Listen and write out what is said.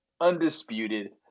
undisputed